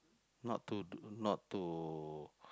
not to do not to